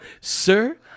sir